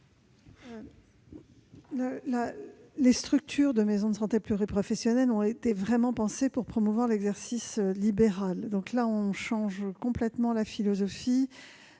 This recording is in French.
Les structures des maisons de santé pluriprofessionnelles ont vraiment été pensées pour promouvoir l'exercice libéral. Cet amendement tend à en changer complètement la philosophie,